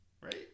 Right